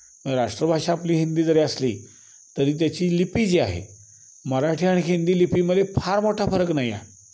राष्ट्रभाषा आपली हिंदी जरी असली तरी त्याची लिपी जी आहे मराठी आणि हिंदी लिपीमध्ये फार मोठा फरक नाही आहे